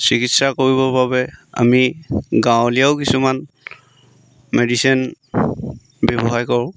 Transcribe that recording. চিকিৎসা কৰিবৰ বাবে আমি গাঁৱলীয়াও কিছুমান মেডিচিন ব্যৱসায় কৰোঁ